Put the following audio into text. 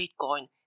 Bitcoin